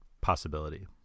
possibility